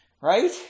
right